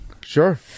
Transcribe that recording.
Sure